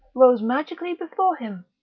rose magically before him.